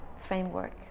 framework